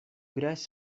грязь